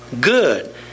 good